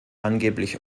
angeblich